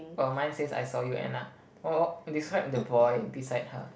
for mine says I saw you Anna what what describe the boy beside her